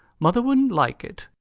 mother wouldn't like it.